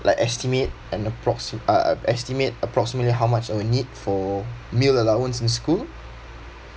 like estimate an approxi~ uh estimate approximately how much I will need for meal allowance in school